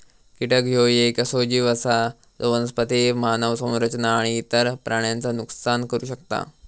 कीटक ह्यो येक असो जीव आसा जो वनस्पती, मानव संरचना आणि इतर प्राण्यांचा नुकसान करू शकता